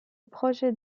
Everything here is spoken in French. projet